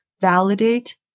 validate